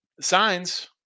signs